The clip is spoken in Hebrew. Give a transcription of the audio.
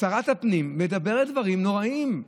שרת הפנים ואומרת דברים נוראיים,